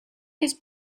his